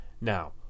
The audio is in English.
now